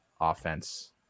offense